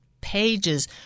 pages